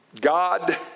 God